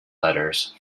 letters